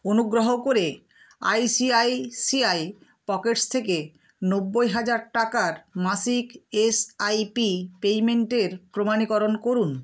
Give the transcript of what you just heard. অনুগ্রহ করে ICICI Pockets থেকে নব্বই হাজার টাকার মাসিক এসআইপি পেমেন্টের প্রমাণীকরণ করুন